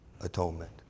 atonement